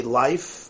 life